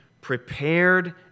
prepared